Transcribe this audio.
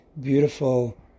beautiful